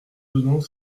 donnant